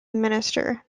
minister